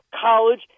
college